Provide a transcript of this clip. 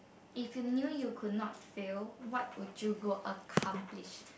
if you knew you could not fail what would you go accomplish